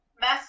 mess